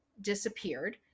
disappeared